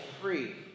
free